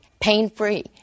pain-free